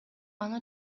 аны